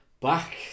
Back